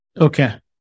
Okay